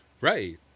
Right